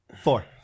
four